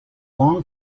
long